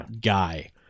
guy